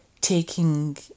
taking